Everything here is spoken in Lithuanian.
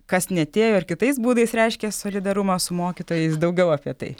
kas neatėjo ir kitais būdais reiškia solidarumą su mokytojais daugiau apie tai